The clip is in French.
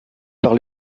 par